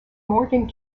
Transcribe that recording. morgan